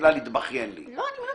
לא יכול